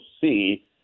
see